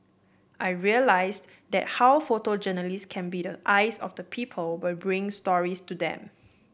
I realised then how photojournalists can be the eyes of the people by bringing stories to them